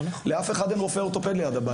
לאף אחד אין רופא אורתופד ליד הבית.